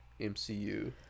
MCU